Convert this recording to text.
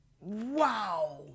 Wow